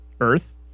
earth